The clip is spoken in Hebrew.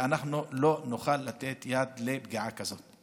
ואנחנו לא נוכל לתת יד לפגיעה כזאת.